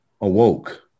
awoke